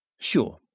Sure